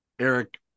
Eric